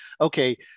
Okay